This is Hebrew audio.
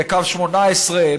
בקו 18,